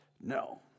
No